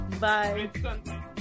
Bye